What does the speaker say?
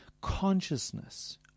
consciousness